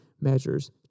measures